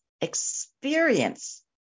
experience